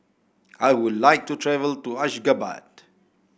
I would like to travel to Ashgabat